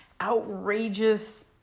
outrageous